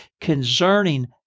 concerning